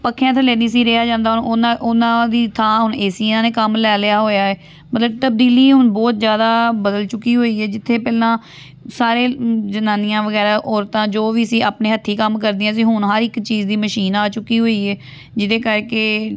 ਪੱਖਿਆਂ ਥੱਲੇ ਨਹੀਂ ਸੀ ਰਿਹਾ ਜਾਂਦਾ ਉਹਨਾਂ ਉਹਨਾਂ ਦੀ ਥਾਂ ਹੁਣ ਏ ਸੀਆਂ ਨੇ ਕੰਮ ਲੈ ਲਿਆ ਹੋਇਆ ਹੈ ਮਤਲਬ ਤਬਦੀਲੀ ਹੁਣ ਬਹੁਤ ਜ਼ਿਆਦਾ ਬਦਲ ਚੁੱਕੀ ਹੋਈ ਹੈ ਜਿੱਥੇ ਪਹਿਲਾਂ ਸਾਰੇ ਜਨਾਨੀਆਂ ਵਗੈਰਾ ਔਰਤਾਂ ਜੋ ਵੀ ਸੀ ਆਪਣੇ ਹੱਥੀਂ ਕੰਮ ਕਰਦੀਆਂ ਸੀ ਹੁਣ ਹਰ ਇੱਕ ਚੀਜ਼ ਦੀ ਮਸ਼ੀਨ ਆ ਚੁੱਕੀ ਹੋਈ ਹੈ ਜਿਹਦੇ ਕਰਕੇ